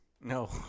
No